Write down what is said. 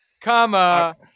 Comma